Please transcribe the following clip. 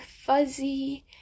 fuzzy